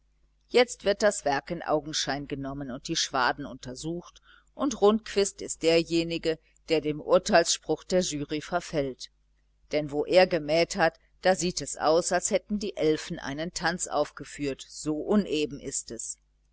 jetzt wird das werk in augenschein genommen und die schwaden untersucht und rundquist ist derjenige der dem urteilsspruch der jury verfällt denn wo er gemäht hat da sieht es aus als hätten die elfen einen tanz aufgeführt so uneben ist es